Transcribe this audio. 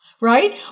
right